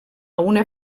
una